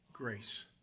Grace